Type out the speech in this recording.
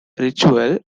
ritual